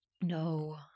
No